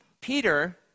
peter